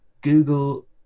Google